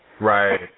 Right